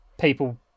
people